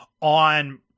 on